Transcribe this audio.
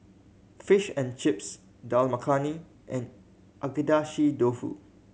Fish and Chips Dal Makhani and Agedashi Dofu